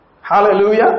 Hallelujah